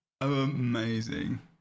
Amazing